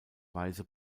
weise